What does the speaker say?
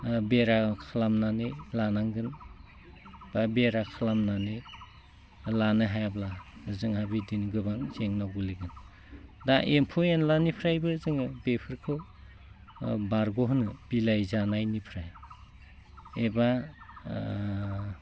बेरा खालामनानै लानांगोन बा बेरा खालामनानै लानो हायाब्ला जोंहा बिदिनो गोबां जेंनायाव गोग्लैगोन दा एम्फौ एनलानिफ्रायबो जोङो बेफोरखौ बारग' होनो बिलाइ जानायनिफ्राय एबा